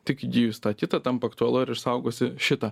tik įgijus tą kitą tampa aktualu ar išsaugosi šitą